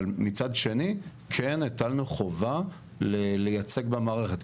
אבל מצד שני, כן הטלנו חובה לייצג במערכת.